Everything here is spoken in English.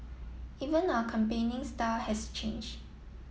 even our campaigning style has change